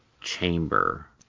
Chamber